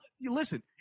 Listen